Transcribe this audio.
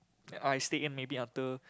I sneak in maybe after